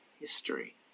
history